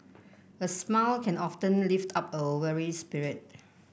a smile can often lift up a weary spirit